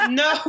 no